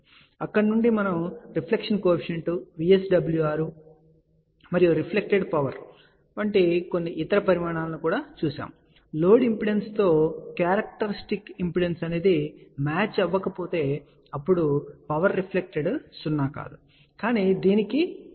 మరియు అక్కడ నుండి మనము రిఫ్లెక్షన్ కోఎఫిషియంట్ VSWR మరియు రిఫ్లెక్టెడ్ పవర్ వంటి కొన్ని ఇతర పరిమాణాలను కూడా నిర్వచించాము మరియు లోడ్ ఇంపిడెన్స్ తో క్యారెక్టరిస్టిక్ ఇంపిడెన్స్ మ్యాచ్ అవ్వకపోతే అప్పుడు పవర్ రిఫ్లెక్టెడ్ సున్నా కాదు కానీ దీనికి పరిమిత విలువ ఉంటుందని మనం చూశాము